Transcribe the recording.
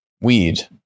weed